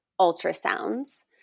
ultrasounds